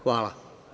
Hvala.